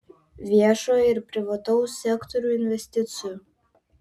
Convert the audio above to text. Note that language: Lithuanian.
viešojo ir privataus sektorių investicijų